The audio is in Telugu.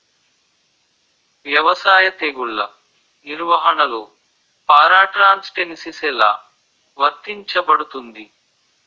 వ్యవసాయ తెగుళ్ల నిర్వహణలో పారాట్రాన్స్జెనిసిస్ఎ లా వర్తించబడుతుంది?